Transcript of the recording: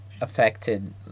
affected